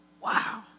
Wow